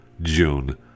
June